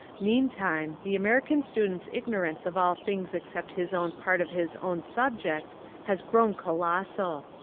meantime the american student's ig norance of all things except his own part of his own subject has grown colossal.